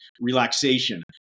relaxation